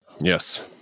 Yes